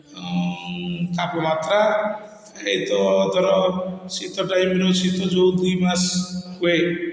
ତାପମାତ୍ରା ଏଇ ତ ଧର ଶୀତ ଟାଇମ୍ରୁ ଶୀତ ଯେଉଁ ଦୁଇମାସ ହୁଏ